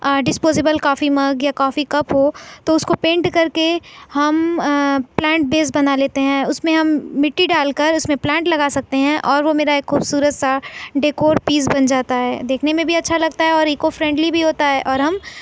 disposable coffee mug یا coffee cup ہو تو اس کو پینٹ کر کے ہم پلانٹ بیس بنا لیتے ہیں اس میں ہم مٹی ڈال کر اس میں پلانٹ لگا سکتے ہیں اور وہ میرا ایک خوبصورت سا ڈیکور پیس بن جاتا ہے دیکھنے میں بھی اچھا لگتا ہے اور ایکو فرینڈلی بھی ہوتا ہے اور ہم